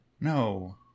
No